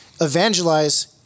evangelize